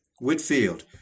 Whitfield